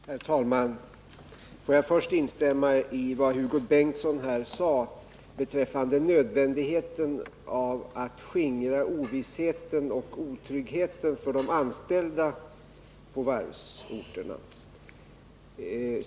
Herr talman! Får jag först instämma i vad Hugo Bengtsson sade beträffande nödvändigheten av att skingra ovissheten och otryggheten för de anställda på varvsorterna.